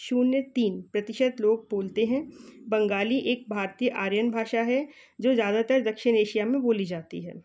शून्य तीन प्रतिशत लोग बोलते हैं बंगाली एक भारतीय आर्यन भाषा है जो ज़्यादातर दक्षिण एशिया मे बोली जाती है